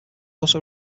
also